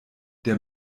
der